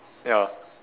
ya